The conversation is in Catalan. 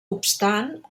obstant